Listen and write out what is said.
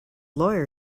lawyer